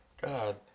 God